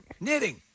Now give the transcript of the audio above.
knitting